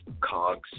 cogs